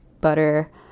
butter